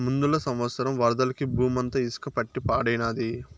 ముందల సంవత్సరం వరదలకి బూమంతా ఇసక పట్టి పాడైనాది